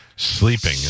Sleeping